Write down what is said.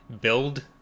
build